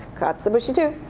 katsuobushi too.